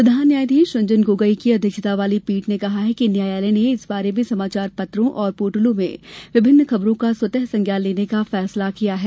प्रधान न्यायाधीश रंजन गोगोई की अध्यक्षता वाली पीठ ने कहा कि न्यायालय ने इस बारे में समाचार पत्रों और पोर्टलों में विभिन्न खबरों का स्वतः संज्ञान लेने का फैसला किया है